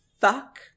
Fuck